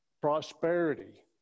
prosperity